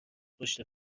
پشت